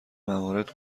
موارد